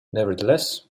nevertheless